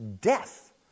death